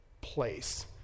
place